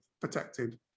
protected